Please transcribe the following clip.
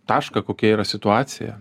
tašką kokia yra situacija